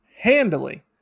handily